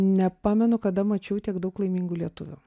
nepamenu kada mačiau tiek daug laimingų lietuvių